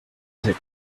desert